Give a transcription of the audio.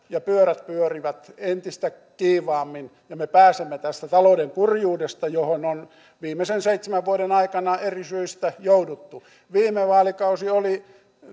ja pyörät pyörivät entistä kiivaammin ja me pääsemme tästä talouden kurjuudesta johon on viimeisen seitsemän vuoden aikana eri syistä jouduttu viime vaalikausi oli